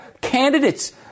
candidates